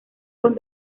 con